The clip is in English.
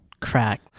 crack